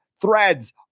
threads